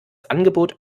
angebot